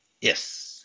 Yes